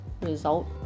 result